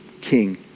king